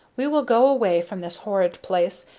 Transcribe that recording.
we will go away from this horrid place,